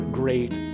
great